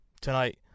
Tonight